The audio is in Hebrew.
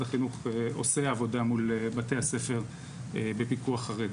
החינוך עושה עבודה מול בתי הספר בפיקוח חרדי.